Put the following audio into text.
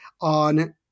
on